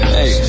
hey